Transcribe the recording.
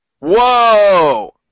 Whoa